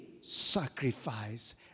sacrifice